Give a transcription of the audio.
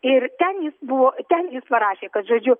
ir ten jis buvo ten parašė kad žodžiu